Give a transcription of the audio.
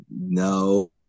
no